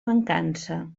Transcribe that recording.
mancança